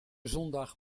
zondag